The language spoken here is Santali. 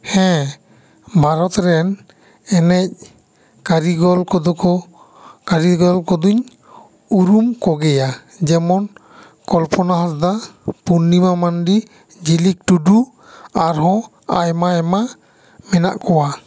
ᱦᱮᱸ ᱵᱷᱟᱨᱟᱛ ᱨᱮᱱ ᱮᱱᱮᱡ ᱠᱟᱹᱨᱤᱜᱚᱞ ᱠᱚᱫᱚ ᱠᱚ ᱠᱟᱹᱨᱤᱜᱚᱞ ᱠᱩᱫᱩᱧ ᱩᱨᱩᱢ ᱠᱚᱜᱮᱭᱟ ᱡᱮᱢᱚᱱ ᱠᱚᱞᱚᱯᱚᱱᱟ ᱦᱟᱸᱥᱫᱟ ᱯᱩᱨᱱᱤᱢᱟ ᱢᱟᱱᱰᱤ ᱡᱷᱤᱞᱤᱠ ᱴᱩᱰᱩ ᱟᱨᱦᱚᱸ ᱟᱭᱢᱟ ᱟᱭᱢᱟ ᱢᱮᱱᱟᱜ ᱠᱚᱣᱟ